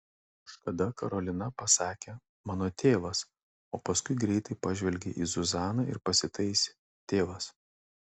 kažkada karolina pasakė mano tėvas o paskui greitai pažvelgė į zuzaną ir pasitaisė tėvas